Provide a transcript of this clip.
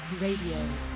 Radio